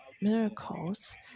miracles